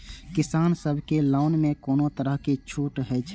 किसान सब के लोन में कोनो तरह के छूट हे छे?